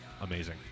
amazing